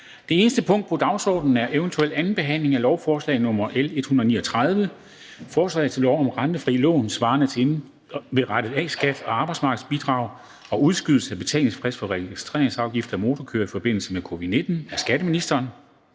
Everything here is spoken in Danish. Det eneste punkt på dagsordenen er: 1) 2. behandling af lovforslag nr. L 139: Forslag til lov om rentefrie lån svarende til indberettet A-skat og arbejdsmarkedsbidrag og udskydelse af betalingsfrist for registreringsafgift af motorkøretøjer i forbindelse med covid-19. Af skatteministeren